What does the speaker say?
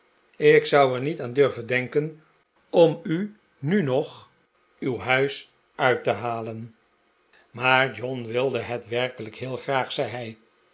ik zou er niet aan durven denken om u nu nog uw huis uit te halen maarten chuzzlewit maar john wilde het werkelijk heel graag zei hij